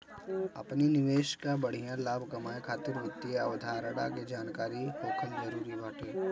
अपनी निवेश कअ बढ़िया लाभ कमाए खातिर वित्तीय अवधारणा के जानकरी होखल जरुरी बाटे